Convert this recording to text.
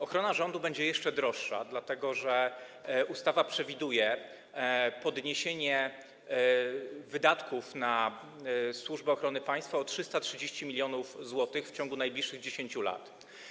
Ochrona rządu będzie jeszcze droższa, dlatego że ustawa przewiduje podniesienie wydatków na Służbę Ochrony Państwa o 330 mln zł w ciągu najbliższych 10 lat.